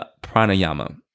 pranayama